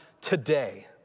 today